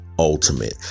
Ultimate